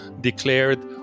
declared